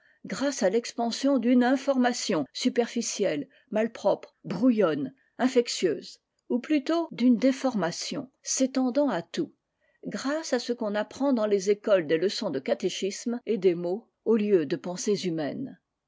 exemple à l'expansion d'une information superficielle malpropre brouillonne affectueuse ou plutôt d'une déformation s'étendant à tout grâce à ce qu'on apprend dans les écoles des leçons de catéchisme et des mots au lieu de pensées humaines